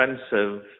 expensive